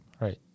Right